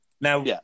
Now